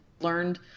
learned